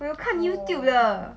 我有看 youtube 的